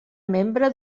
membre